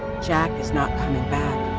jack is not coming back.